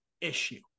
issue